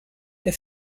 der